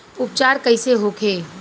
उपचार कईसे होखे?